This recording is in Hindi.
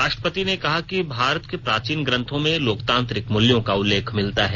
राष्ट्रपति ने कहा कि भारत के प्राचीन ग्रंथों में लोकतांत्रिक मूल्यों का उल्लेख मिलता है